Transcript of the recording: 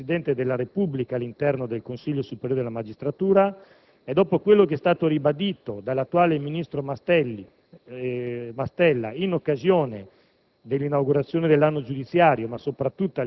dopo quello che è stato segnalato anche dal Presidente della Repubblica all'interno del Consiglio superiore della magistratura; dopo quello che è stato ribadito dall'attuale ministro Mastella sia in occasione